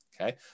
Okay